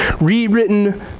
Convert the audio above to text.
rewritten